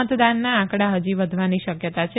મતદાનના આંકડા હજી વધવાની શકયતા છે